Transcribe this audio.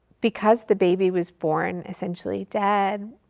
because the baby was born essentially dead,